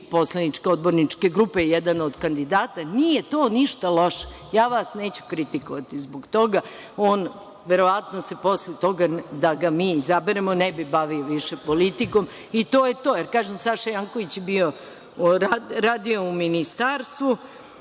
poslaničke, odborničke grupe, jedan je od kandidata. Nije to ništa loše, ja vas neću kritikovati zbog toga. On se verovatno posle toga, da ga mi izaberemo, ne bi bavio više politikom i to je to. Kažem, Saša Janković je radio u Ministarstvu,